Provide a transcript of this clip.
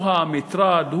הוא המטרד,